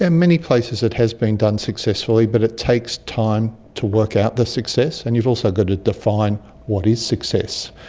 and many places it has been done successfully but it takes time to work out the success, and you've also got to define what is success.